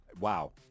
Wow